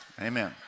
Amen